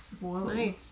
nice